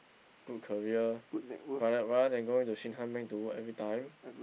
good career rather rather than going to to work every time